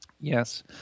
Yes